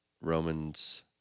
Romans